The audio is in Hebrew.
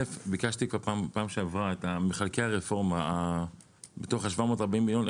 ביקשתי בפעם שעברה לדעת בתוך ה-740 מיליון שקלים,